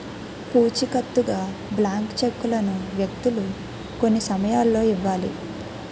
పూచికత్తుగా బ్లాంక్ చెక్కులను వ్యక్తులు కొన్ని సమయాల్లో ఇవ్వాలి